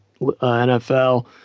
NFL